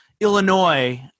Illinois